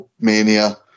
Mania